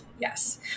yes